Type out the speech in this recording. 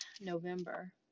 November